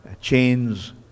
chains